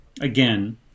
again